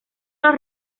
los